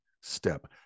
step